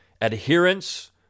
adherence